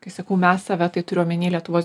kai sakau mes save tai turiu omeny lietuvos